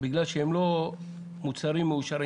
בגלל שהם לא מוצרים מאושרים.